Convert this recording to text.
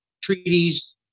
treaties